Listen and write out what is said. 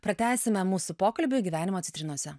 pratęsime mūsų pokalbį gyvenimo citrinose